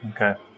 Okay